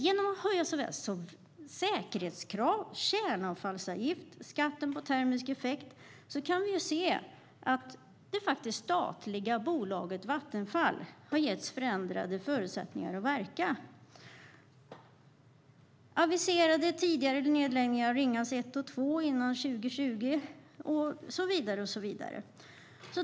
Genom att såväl säkerhetskraven som kärnavfallsavgiften och skatten på termisk effekt har höjts har det statliga bolaget Vattenfall fått förändrade förutsättningar att verka, och vi har de tidigare aviserade nedläggningarna av Ringhals 1 och 2 före år 2020 och så vidare.